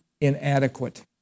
inadequate